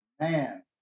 Man